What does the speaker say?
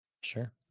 Sure